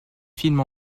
films